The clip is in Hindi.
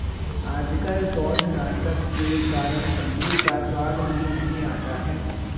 आजकल पौधनाशक के कारण सब्जी का स्वाद ही नहीं आता है